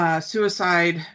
suicide